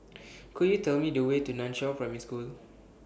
Could YOU Tell Me The Way to NAN Chiau Primary School